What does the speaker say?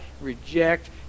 reject